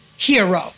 Hero